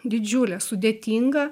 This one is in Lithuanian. didžiulė sudėtinga